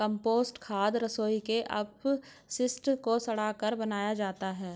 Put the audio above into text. compost खाद रसोई के अपशिष्ट को सड़ाकर बनाया जाता है